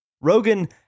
Rogan